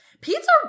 pizza